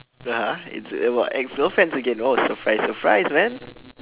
(uh huh) it's about ex girlfriends again oh surprise surprise man